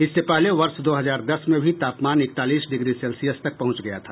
इससे पहले वर्ष दो हजार दस में भी तापमान इकतालीस डिग्री सेल्सियस तक पहुंच गया था